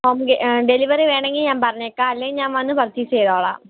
home delivery വേണമെങ്കിൽ ഞാൻ പറഞ്ഞേക്കാം അല്ലെങ്കിൽ ഞാൻ വന്നു പർച്ചെയ്സ് ചെയ്തോളാം